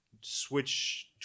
Switch